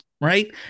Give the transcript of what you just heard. Right